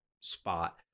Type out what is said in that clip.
spot